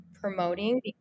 promoting